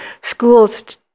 schools